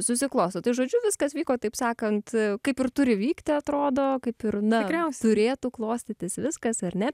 susiklosto tai žodžiu viskas vyko taip sakant kaip ir turi vykti atrodo kaip ir na turėtų klostytis viskas ar ne